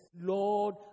Lord